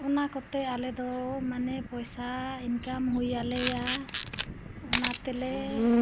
ᱚᱱᱟ ᱠᱚᱛᱮ ᱟᱞᱮᱫᱚ ᱢᱟᱱᱮ ᱯᱚᱭᱥᱟ ᱤᱱᱠᱟᱢ ᱦᱩᱭᱟᱞᱮᱭᱟ ᱚᱱᱟ ᱛᱮᱞᱮ